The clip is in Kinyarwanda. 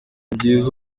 byiza